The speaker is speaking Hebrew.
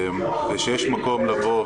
--- ויש מקום לבוא,